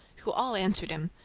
who all answered him,